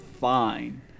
fine